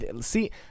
See